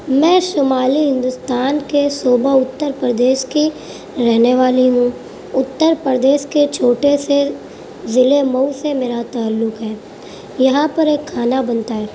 میں شمالی ہندوستان کے صوبہ اتر پردیش کی رہنے والی ہوں اتر پردیش کے چھوٹے سے ضلعے مئو سے میرا تعلق ہے یہاں پر ایک کھانا بنتا ہے